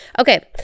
Okay